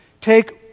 take